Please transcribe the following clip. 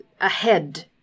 ahead